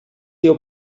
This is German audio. der